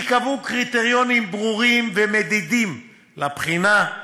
ייקבעו קריטריונים ברורים ומדידים לבחינה.